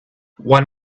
one